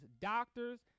doctors